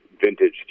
vintage